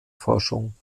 forschung